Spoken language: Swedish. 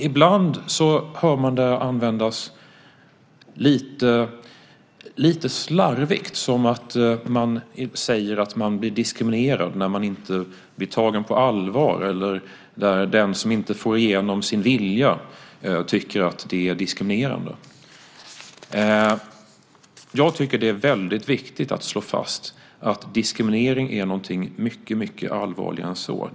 Ibland hör man det användas lite slarvigt, som att man säger att man är diskriminerad när man inte blir tagen på allvar eller när den som inte får igenom sin vilja tycker att det är diskriminerande. Jag tycker att det är väldigt viktigt att slå fast att diskriminering är någonting mycket allvarligare än så.